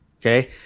okay